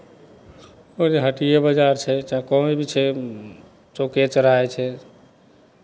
कहेँ हटिए बाजार छै चाहे कहूँ भी छै चौके चौराहे छै